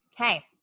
Okay